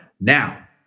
Now